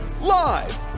Live